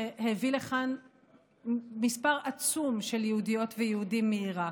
שהביא לכאן מספר עצום של יהודיות ויהודים מעיראק.